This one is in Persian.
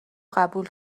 قبول